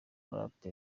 paccy